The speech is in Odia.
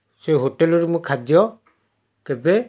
ସେ ହୋଟେଲରୁ ମୁଁ ଖାଦ୍ୟ କେବେ